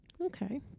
Okay